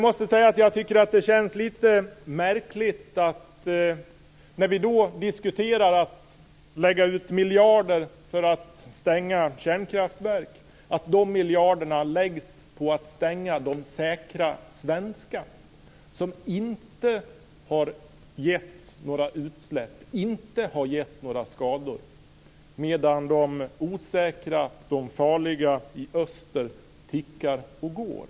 När vi nu diskuterar att lägga ut miljarder för att stänga kärnkraftverk känns det lite märkligt att dessa miljarder läggs på att stänga de säkra svenska kärnkraftverken som inte har medfört några utsläpp eller några skador, medan de osäkra och farliga kärnkraftverken i öster tickar och går.